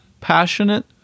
passionate